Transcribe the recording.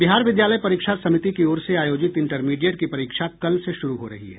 बिहार विद्यालय परीक्षा समिति की ओर से आयोजित इंटरमीडिएट की परीक्षा कल से शुरू हो रही है